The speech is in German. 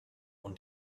und